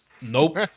nope